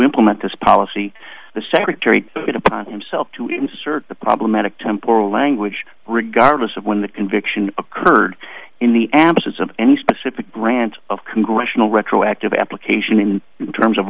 implement this policy the secretary it upon himself to insert the problematic temporal language regardless of when the conviction occurred in the absence of any specific grant of congressional retroactive application in terms of